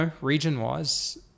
region-wise